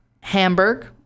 hamburg